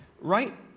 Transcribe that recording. Right